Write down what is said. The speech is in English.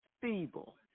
feeble